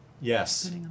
yes